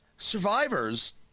Survivors